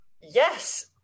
Yes